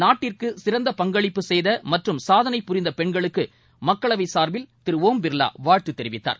நாட்டிற்கு சிறந்த பங்களிப்பு செய்த மற்றும் சாதனை புரிந்த பெண்களுக்கு மக்களவை சார்பில் திரு ஒம் பிர்லா வாழ்த்து தெரிவித்தார்